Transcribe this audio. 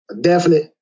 definite